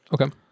Okay